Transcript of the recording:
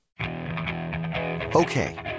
Okay